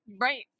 Right